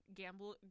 gamble